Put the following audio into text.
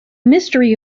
mystery